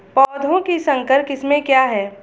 पौधों की संकर किस्में क्या हैं?